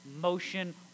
motion